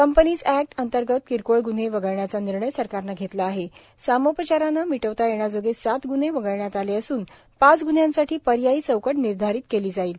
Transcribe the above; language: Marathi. कंपनीज एक्ट अंतर्गत किरकोळ ग्न्हे वगळण्याचा निर्णय सरकारने घेतला आहे सामोपचाराने मिटवता येण्याजोगे सात ग्न्हे वगळण्यात आले असून पाच ग्न्ह्यांसाठी पर्यायी चौकट निर्धारित केली जाईल